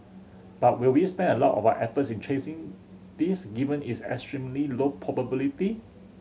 but will we spend a lot of efforts in chasing this given its extremely low probability